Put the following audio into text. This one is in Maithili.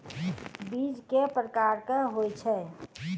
बीज केँ प्रकार कऽ होइ छै?